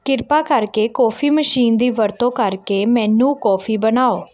ਕਿਰਪਾ ਕਰਕੇ coffee machine ਦੀ ਵਰਤੋਂ ਕਰਕੇ ਮੈਨੂੰ ਕੌਫੀ ਬਣਾਉ